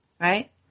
right